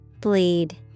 Bleed